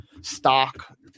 stock